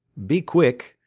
be quick.